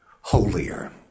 holier